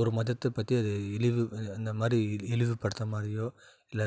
ஒரு மதத்தை பற்றி அது இழிவு அந்த மாதிரி இழிவுப்படுத்துற மாதிரியோ இல்லை